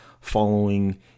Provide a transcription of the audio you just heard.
following